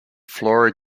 flora